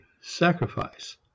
SACRIFICE